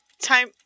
Time